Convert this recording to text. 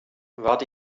wart